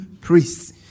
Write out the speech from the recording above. priests